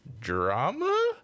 Drama